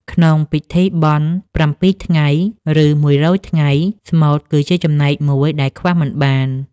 ក្នុងពិធីបុណ្យ៧ថ្ងៃ ឬ១០០ថ្ងៃ ស្មូតគឺជាចំណែកមួយដែលខ្វះមិនបាន។